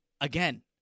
again